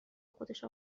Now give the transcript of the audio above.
خودش